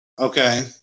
Okay